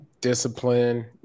Discipline